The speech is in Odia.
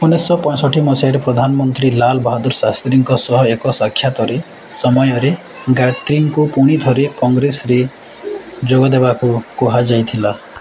ଉଣେଇଶହ ପଞ୍ଚଷଠି ମସିହାରେ ପ୍ରଧାନମନ୍ତ୍ରୀ ଲାଲ ବାହାଦୂର ଶାସ୍ତ୍ରୀଙ୍କ ସହ ଏକ ସାକ୍ଷାତରେ ସମୟରେ ଗାୟତ୍ରୀଙ୍କୁ ପୁଣି ଥରେ କଂଗ୍ରେସରେ ଯୋଗ ଦେବାକୁ କୁହାଯାଇଥିଲା